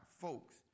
folks